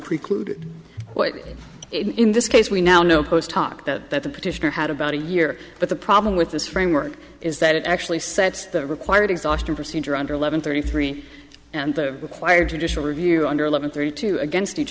preclude what in this case we now know post hoc that the petitioner had about a year but the problem with this framework is that it actually sets the required exhaustion procedure under eleven thirty three and the required judicial review under eleven thirty two against each